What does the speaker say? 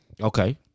Okay